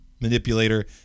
manipulator